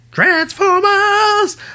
Transformers